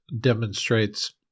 demonstrates